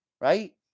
right